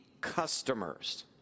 customers